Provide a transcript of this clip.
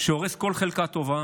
שהורס כל חלקה טובה